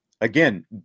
Again